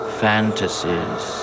fantasies